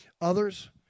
Others